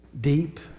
deep